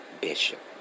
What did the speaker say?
Bishop